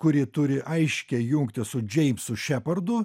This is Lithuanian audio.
kuri turi aiškią jungtį su džeimsu šepardu